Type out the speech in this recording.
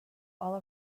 all